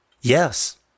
yes